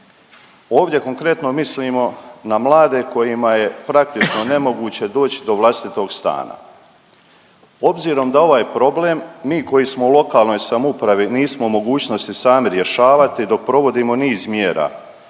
Ovdje konkretno mislimo na mlade kojima je praktično nemoguće doći do vlastitog stana. Obzirom da ovaj problem, mi koji smo u lokalnoj samoupravi, nismo u mogućnosti sami rješavati dok provodimo niz mjera,